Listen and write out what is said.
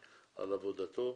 הזאת.